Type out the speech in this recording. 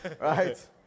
right